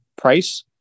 price